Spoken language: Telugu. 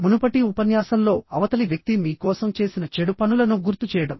మునుపటి ఉపన్యాసంలో అవతలి వ్యక్తి మీ కోసం చేసిన చెడు పనులను గుర్తు చేయడం